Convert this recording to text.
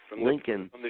Lincoln